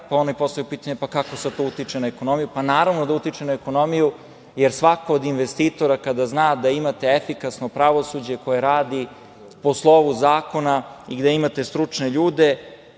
Pa oni postavljaju pitanje – kako sad to utiče na ekonomiju? Pa, naravno da utiče na ekonomiju, jer svako od investitora kada zna da imate efikasno pravosuđe koje radi po slovu zakona i gde imate stručne ljude,